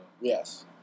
Yes